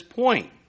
point